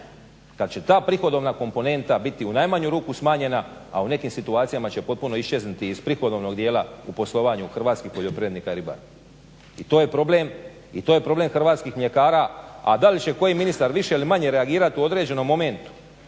kad će ta prihodovna komponenta biti u najmanju ruku smanjena, a u nekim situacijama će potpuno iščeznuti iz prihodovnog dijela u poslovanju hrvatskih poljoprivrednika i ribara i to je problem hrvatskih mljekara. A da li će koji ministar više ili manje reagirat u određenom momentu